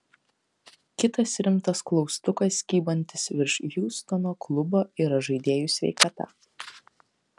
kitas rimtas klaustukas kybantis virš hjustono klubo yra žaidėjų sveikata